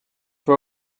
for